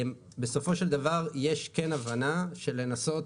בסופו של דבר יש כן הבנה של לנסות